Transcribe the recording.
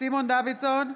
סימון דוידסון,